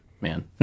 man